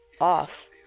off